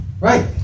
Right